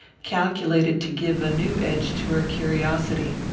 calculated to give a new edge to her curiosity.